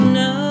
no